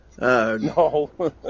No